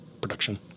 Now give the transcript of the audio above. production